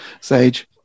Sage